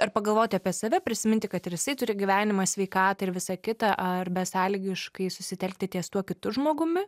ar pagalvoti apie save prisiminti kad ir jisai turi gyvenimą sveikatą ir visą kitą ar besąlygiškai susitelkti ties tuo kitu žmogumi